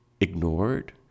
ignored